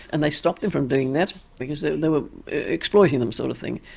and they stopped them from doing that because they they were exploiting them, sort of thing.